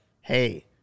hey